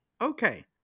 okay